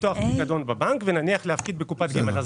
לפתוח פיקדון בבנק ולהפקיד בקופת גמל.